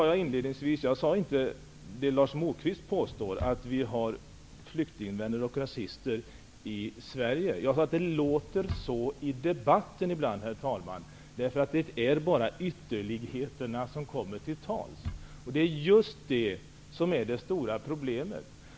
Jag uttryckte mig inte som Lars Moquist påstod, alltså att det finns flyktingvänner och rasister i Sverige. Men det låter så i debatten ibland, eftersom bara ytterligheterna kommer till tals. Just detta är det stora problemet.